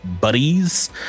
buddies